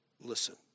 listen